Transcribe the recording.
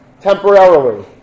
temporarily